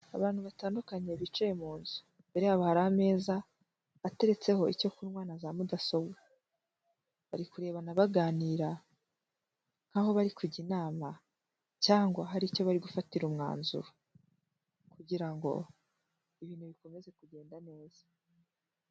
Abantu batandukanye bicaye mu nzu, imbere yabo hari ameza ateretseho icyo kunywa na za mudasobwa, bari kurebana baganira nkaho bari kujya inama cyangwa hari icyo bari gufatira umwanzuro kugira ngo ibintu bikomeze kugenda neza.